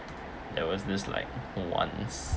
there was this like once